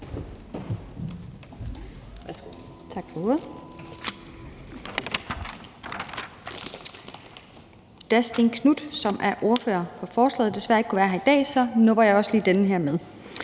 Tak for det.